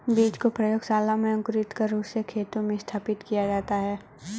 बीज को प्रयोगशाला में अंकुरित कर उससे खेतों में स्थापित किया जाता है